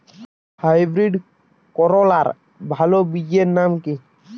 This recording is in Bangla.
হাইব্রিড করলার ভালো বীজের নাম কি?